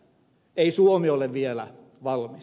ei suomi ole vielä valmis